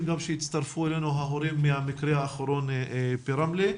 שהצטרפו אלינו גם ההורים מהמקרה האחרון שהיה ברמלה.